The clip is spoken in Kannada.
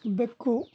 ಬೆಕ್ಕು